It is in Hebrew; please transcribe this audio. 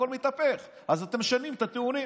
הכול מתהפך, אז אתם משנים את הטיעונים.